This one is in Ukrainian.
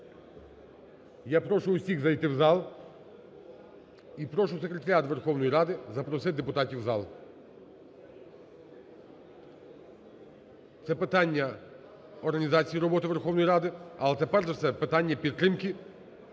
Я прошу усіх зайти в зал, і прошу Секретаріат Верховної Ради запросити депутатів в зал. Це питання організації роботи Верховної Ради, але це перш за все питання підтримки